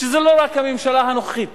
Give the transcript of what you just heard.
זה לא רק הממשלה הנוכחית.